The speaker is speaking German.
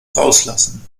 rauslassen